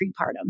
prepartum